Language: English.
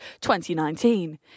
2019